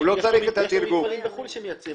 יש מפעלים בחו"ל שמייצרים.